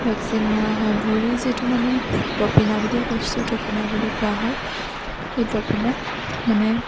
vaccine মৰা হয় ভৰিৰ যিটো মানে তপিনা বুলিয়ে কৈছোঁ তপিনা বুলি কোৱা হয় সেই তপিনাত মানে